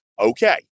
okay